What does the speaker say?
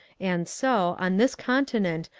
and so, on this conti nent,